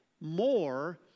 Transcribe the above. more